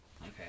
Okay